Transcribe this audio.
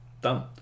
done